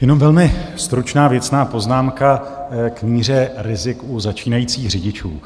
Jenom velmi stručná, věcná poznámka k míře rizik u začínajících řidičů.